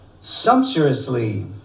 sumptuously